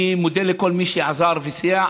אני מודה לכל מי שעזר וסייע,